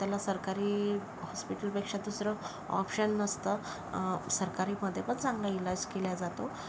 तर त्याला सरकारी हॉस्पिटलपेक्षा दुसरं ऑप्शन नसतं सरकारीमध्ये पण चांगला इलाज केला जातो